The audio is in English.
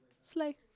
slay